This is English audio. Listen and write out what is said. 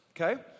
okay